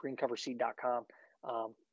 GreenCoverSeed.com